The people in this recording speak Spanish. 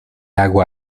agua